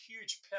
huge